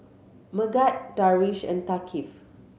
Megat Darwish and Thaqif